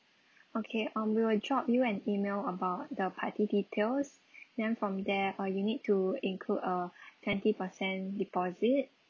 okay um we will drop you an email about the party details then from there uh you need to include a twenty per cent deposit